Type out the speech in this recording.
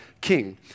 king